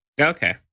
Okay